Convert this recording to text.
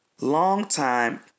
longtime